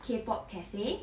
K pop cafe